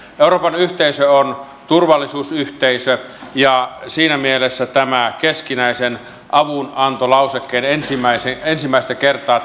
euroopan yhteisö on turvallisuusyhteisö siinä mielessä tämän keskinäisen avunantolausekkeen ensimmäistä kertaa